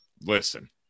Listen